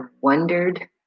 wondered